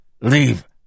Leave